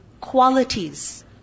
qualities